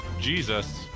Jesus